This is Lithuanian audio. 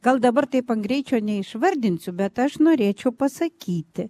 gal dabar taip ant greičio neišvardinsiu bet aš norėčiau pasakyti